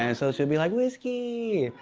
and so she'll be like, whiskey.